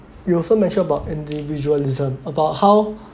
you also mention about individualism about how